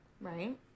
Right